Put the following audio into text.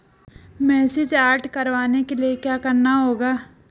Message alert करवाने के लिए क्या करना होगा?